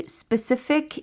specific